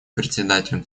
председателем